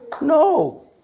no